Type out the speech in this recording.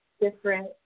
different